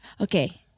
Okay